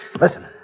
Listen